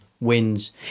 wins